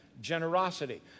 generosity